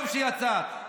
טוב שיצאת.